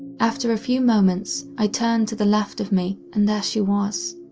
after a few moments, i turned to the left of me and there she was,